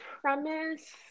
premise